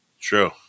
True